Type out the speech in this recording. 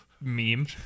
meme